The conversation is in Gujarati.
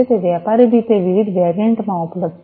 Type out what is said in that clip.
તે વ્યાપારી રીતે વિવિધ વેરિયન્ટ માં ઉપલબ્ધ છે